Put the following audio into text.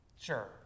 Sure